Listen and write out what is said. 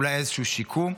אולי איזשהו שיקום,